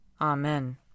Amen